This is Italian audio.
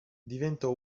diventò